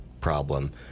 problem